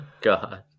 God